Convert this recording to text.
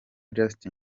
justin